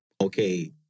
okay